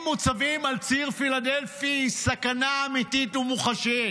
מוצבים על ציר פילדלפי זו סכנה אמיתית ומוחשית,